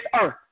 earth